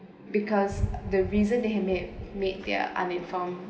because the reason they had made made their uninformed